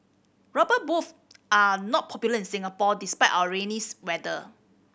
rubber boot are not popular in Singapore despite our rainy's weather